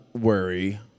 worry